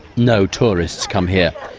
no tourists come here.